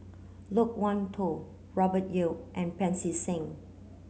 Loke Wan Tho Robert Yeo and Pancy Seng